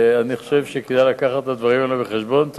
אני חושב שכדאי להביא את הדברים האלה בחשבון.